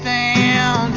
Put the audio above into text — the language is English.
down